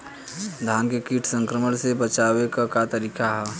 धान के कीट संक्रमण से बचावे क का तरीका ह?